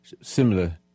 similar